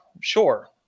sure